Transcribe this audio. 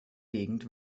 gegend